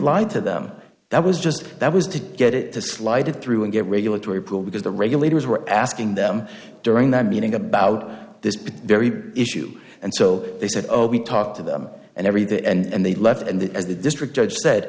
lie to them that was just that was to get it to slide it through and get regulatory pool because the regulators were asking them during that meeting about this but very issue and so they said oh we talked to them and every the end they left and the as the district judge said